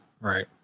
Right